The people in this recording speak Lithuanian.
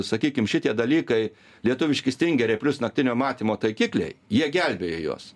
sakykim šitie dalykai lietuviški stingeriai plius naktinio matymo taikikliai jie gelbėjo juos